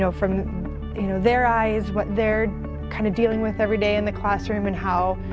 so from you know their eyes what they're kind of dealing with every day in the classroom and how,